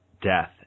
death